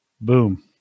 Boom